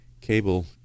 cable